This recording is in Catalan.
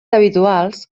habituals